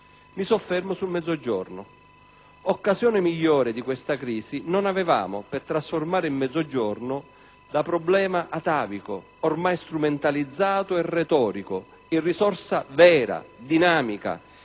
Mi soffermo sul Mezzogiorno: non avevamo occasione migliore di questa crisi per trasformare il Mezzogiorno da problema atavico, ormai strumentalizzato e retorico, in risorsa vera, dinamica,